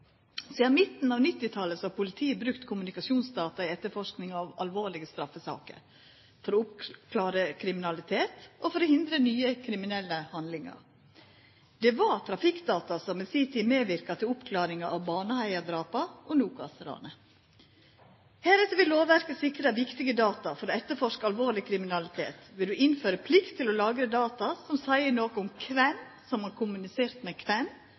Sidan midten av 1990-talet har politiet brukt kommunikasjonsdata i etterforskinga av alvorlege straffesaker, for å oppklara kriminalitet og for hindra nye kriminelle handlingar. Det var trafikkdata som i si tid medverka til oppklaringa av Baneheia-drapa og Nokas-ranet. Heretter vil lovverket sikra viktige data for å etterforska alvorleg kriminalitet ved å innføra plikt til å lagra data som seier noko om kven som har kommunisert med kven,